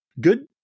good